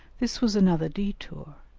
this was another detour,